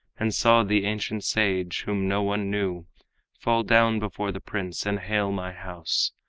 and saw the ancient sage whom no one knew fall down before the prince, and hail my house.